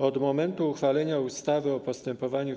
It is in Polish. Od momentu uchwalenia ustawy o postępowaniu